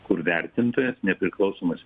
kur vertintojas nepriklausomas